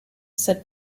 said